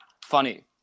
funny